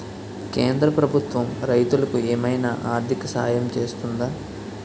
కేంద్ర ప్రభుత్వం రైతులకు ఏమైనా ఆర్థిక సాయం చేస్తుందా?